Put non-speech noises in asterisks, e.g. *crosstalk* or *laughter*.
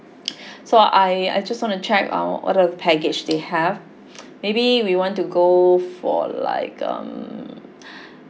*noise* *breath* so I I just want to check uh what are the package they have maybe we want to go for like um *breath*